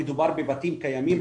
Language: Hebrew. מדובר בבתים קיימים.